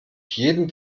jeden